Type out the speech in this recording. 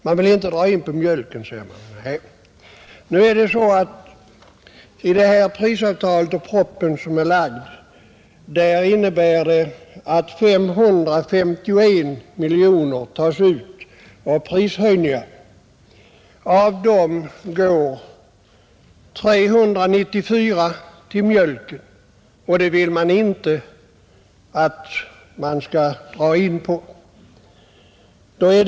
Man vill inte dra in på mjölken, säger man, Prisavtalet och den framlagda propositionen innebär att 551 miljoner tas ut i form av prisoch avgiftshöjningar.